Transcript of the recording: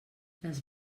les